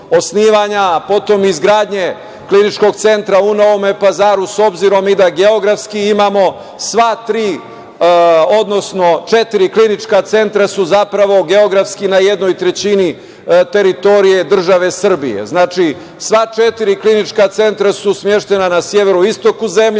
potom i izgradnje kliničkog centra u Novom Pazaru, s obzirom i da geografski imamo sva tri, odnosno četiri klinička centra su zapravo geografski na jednoj trećini teritoriji države Srbije. Znači, sva četiri klinička centra su smeštena na severoistoku zemlje,